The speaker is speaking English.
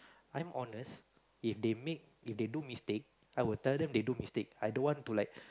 I'm honest if they make if they do mistake I'll tell them they do mistake I don't want to like